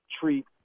treat